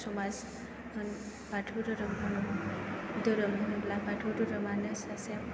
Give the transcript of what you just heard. बाथौ धोरोम होनोब्ला बाथौ धोरोमानो मोनसे